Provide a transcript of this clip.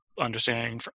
understanding